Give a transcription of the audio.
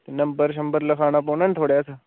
number शम्बर लखाना पौना नि थुआढ़ै श